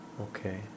Okay